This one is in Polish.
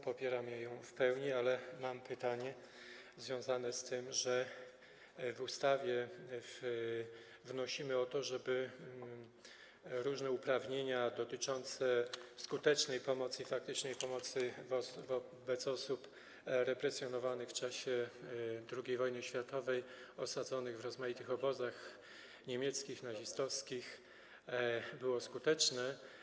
Popieramy ją w pełni, ale mam pytanie związane z tym, że w ustawie wnosimy o to, żeby różne uprawnienia dotyczące skutecznej pomocy, faktycznej pomocy dla osób represjonowanych w czasie II wojny światowej, osadzonych w rozmaitych obozach niemieckich, nazistowskich były skuteczne.